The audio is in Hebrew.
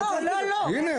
לא לא לא --- הנה,